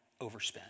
overspend